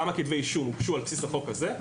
כמה כתבי אישום הוגשו על בסיס החוק הזה,